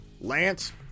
Lance